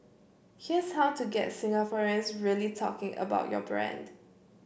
here's how to get Singaporeans really talking about your brand